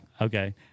Okay